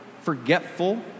forgetful